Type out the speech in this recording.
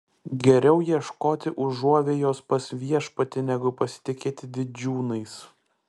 geriau ieškoti užuovėjos pas viešpatį negu pasitikėti didžiūnais